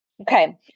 Okay